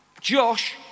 Josh